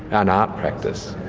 an art practice.